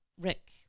Rick